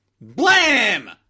Blam